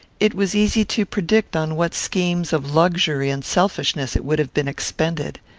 it was easy to predict on what schemes of luxury and selfishness it would have been expended.